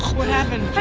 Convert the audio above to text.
what happened?